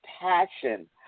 passion